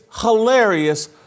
hilarious